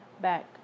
back